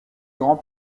grands